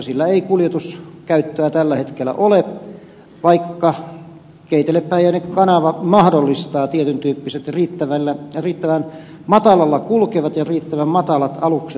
sillä ei kuljetuskäyttöä tällä hetkellä ole vaikka keitelepäijänne kanava mahdollistaa tietyn tyyppiset riittävän matalalla kulkevat ja riittävän matalat alukset